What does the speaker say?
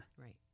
Right